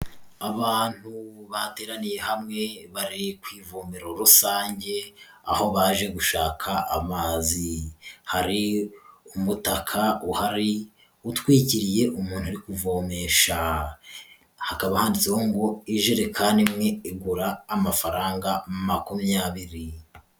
Abantu bateraniye hamwe bari ku ivomero rusange aho baje gushaka amazi, hari umutaka uhari utwikiriye umuntu kuvomesha, hakaba handitse ngo ijerekani imwe igura amafaranga makumyabiri.